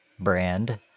brand